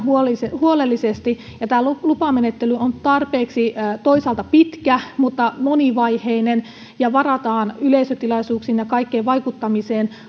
huolellisesti ja lupamenettely on toisaalta tarpeeksi pitkä mutta monivaiheinen ja varataan yleisötilaisuuksiin ja kaikkeen vaikuttamiseen